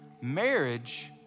Marriage